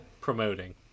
promoting